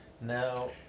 Now